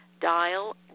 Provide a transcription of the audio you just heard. Dial